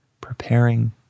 Preparing